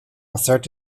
certa